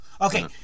Okay